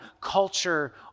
culture